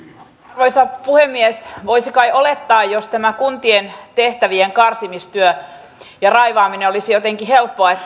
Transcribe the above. arvoisa puhemies voisi kai olettaa että jos tämä kuntien tehtävien karsimistyö ja raivaaminen olisi jotenkin helppoa